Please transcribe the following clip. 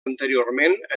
anteriorment